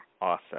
Awesome